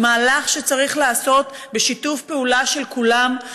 זה מהלך שצריך לעשות בשיתוף פעולה של כולם.